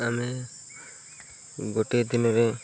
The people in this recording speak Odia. ଆମେ ଗୋଟିଏ ଦିନରେ